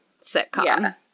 sitcom